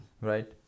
Right